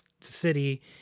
city